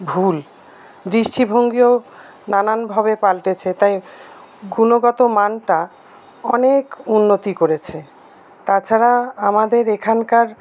ভুল দৃষ্টিভঙ্গিও নানানভাবে পাল্টেছে তাই গুণগত মানটা অনেক উন্নতি করেছে তাছাড়া আমাদের এখানকার